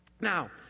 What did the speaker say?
Now